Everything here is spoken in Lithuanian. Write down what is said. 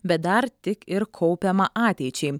bet dar tik ir kaupiamą ateičiai